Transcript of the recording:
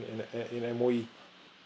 in an an in M_O_E